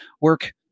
work